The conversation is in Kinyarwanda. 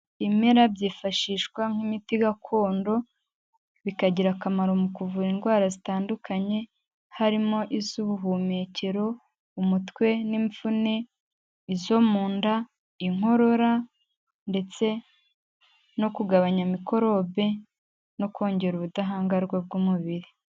Ibimera byifashishwa nk'imiti gakondo bikagira akamaro mu kuvura indwara zitandukanye, harimo iz'ubuhumekero, umutwe n'imvune, izo mu nda, inkorora ndetse no kugabanya mikorobe no kongera ubudahangarwa bw'umubiri.